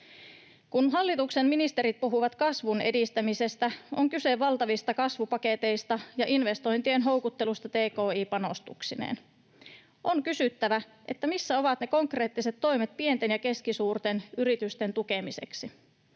Kun hallituksen ministerit puhuvat kasvun edistämisestä, on kyse valtavista kasvupaketeista ja investointien houkuttelusta tki-panostuksineen. On kysyttävä: missä ovat ne konkreettiset toimet pienten ja keskisuurten yritysten tukemiseksi?